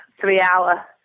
three-hour